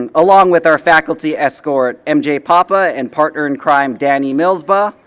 and along with our faculty escort mj papa and partner in crime, danny millspaugh,